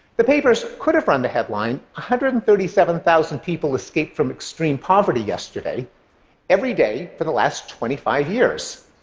the papers could have run the headline, one hundred and thirty seven thousand people escaped from extreme poverty yesterday every day for the last twenty five years.